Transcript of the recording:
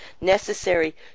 necessary